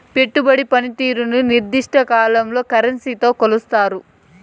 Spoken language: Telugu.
పెట్టుబడి పనితీరుని నిర్దిష్ట కాలంలో కరెన్సీతో కొలుస్తారు